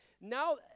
Now